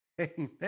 Amen